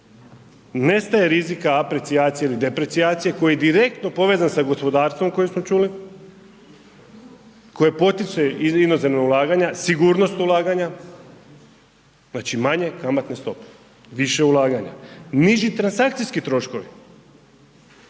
nestaje rizika apricijacije ili depricijacije koji je direktno povezan sa gospodarstvom koji smo čuli, koji potječe iz inozemnog ulaganja, sigurnost ulaganja, znači manje kamatne stope više ulaganja, niži transakcijski troškovi